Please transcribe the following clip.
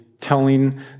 telling